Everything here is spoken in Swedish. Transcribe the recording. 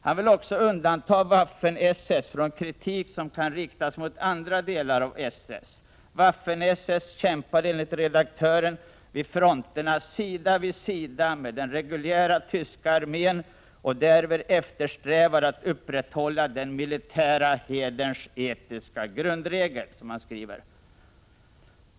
Han vill också undanta Waffen-SS från kritik som kan riktas mot andra delar av SS. Waffen-SS kämpade enligt redaktören vid fronterna sida vid sida med den reguljära tyska armen och eftersträvade därvid att upprätthålla den militära hederns etiska grundregler, som han skriver.